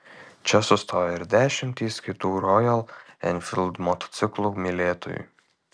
čia sustoja ir dešimtys kitų rojal enfild motociklų mylėtojų